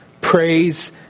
Praise